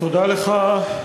תודה לך,